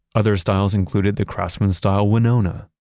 other styles included the craftsman style winona,